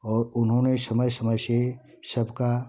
और उन्होंने समय समय से सबका